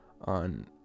on